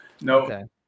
No